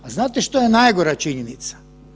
A znate što je najgora činjenica?